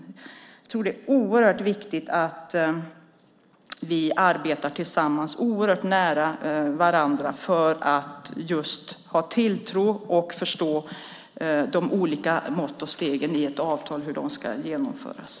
Det är oerhört viktigt att vi arbetar tillsammans nära varandra så att vi känner tilltro till och förstår hur de olika måtten och stegen i avtalet ska genomföras.